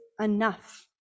enough